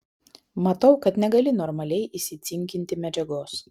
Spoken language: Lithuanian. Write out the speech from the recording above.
matau kad negali normaliai įsicinkinti medžiagos